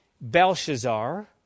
Belshazzar